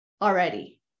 already